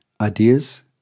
Ideas